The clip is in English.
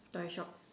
toy shop